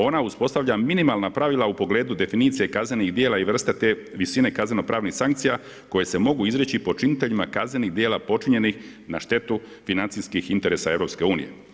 Ona uspostavlja minimalna pravila u pogledu definicije kaznenih djela i vrste te visine kazneno pravnih sankcija koje se mogu izreći počiniteljima kaznenih djela počinjenih na štetu financijskih interesa EU.